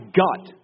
gut